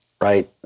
right